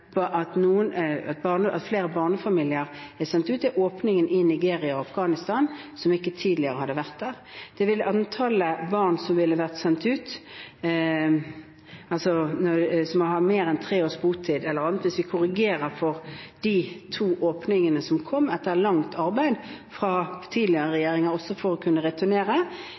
der. Da ville antallet barn som ville vært sendt ut, som har mer enn tre års botid eller annet, hvis vi korrigerer for de to åpningene som kom etter langt arbeid fra tidligere